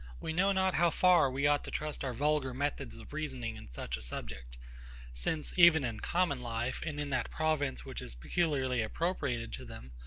we know not how far we ought to trust our vulgar methods of reasoning in such a subject since, even in common life, and in that province which is peculiarly appropriated to them,